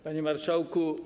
Panie Marszałku!